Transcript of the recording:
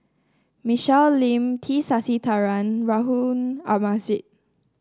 Michelle Lim T Sasitharan Harun Aminurrashid